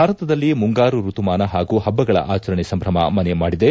ಭಾರತದಲ್ಲಿ ಮುಂಗಾರು ಋತುಮಾನ ಹಾಗೂ ಹಬ್ಬಗಳ ಆಚರಣೆ ಸಂಭ್ರಮ ಮನೆ ಮಾದಿದೆ